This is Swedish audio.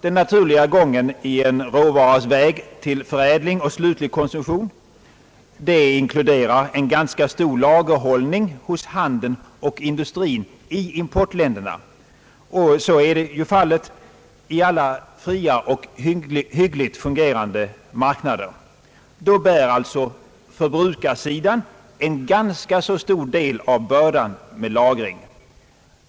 En råvaras naturliga väg till slutlig konsumtion inkluderar ganska stor lagerhållning hos handeln och industrin i importländerna. Så är fallet i alla fria och hyggligt fungerande marknader. Då bär alltså förbrukarsidan en ganska stor del av bördan med lagring.